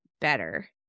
better